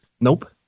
nope